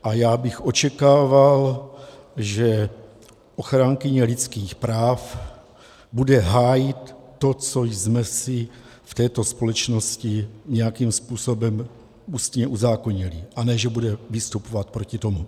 A já bych očekával, že ochránkyně lidských práv bude hájit to, co jsme si v této společnosti nějakým způsobem uzákonili, a ne že bude vystupovat proti tomu.